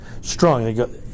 strong